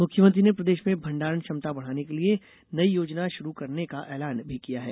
मुख्यमंत्री ने प्रदेश में भंडारण क्षमता बढाने के लिये नई योजना शुरू करने का ऐलान किया है